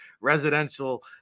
residential